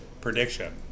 Prediction